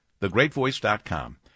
thegreatvoice.com